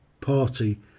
Party